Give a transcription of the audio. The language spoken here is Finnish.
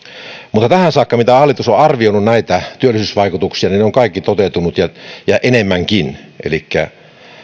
mutta tähän saakka kun hallitus on arvioinut työllisyysvaikutuksia niin ne ovat kaikki toteutuneet ja ja enemmänkin elikkä